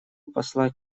посла